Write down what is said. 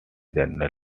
general